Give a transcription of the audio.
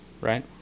right